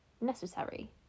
necessary